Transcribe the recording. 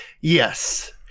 yes